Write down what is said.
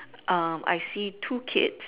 um I see two kids